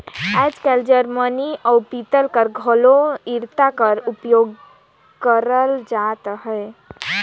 आएज काएल जरमनी अउ पीतल कर घलो इरता कर उपियोग करल जात अहे